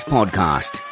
Podcast